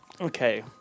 Okay